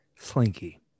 slinky